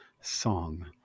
song